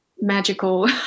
magical